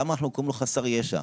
למה אנחנו קוראים לו חסר ישע?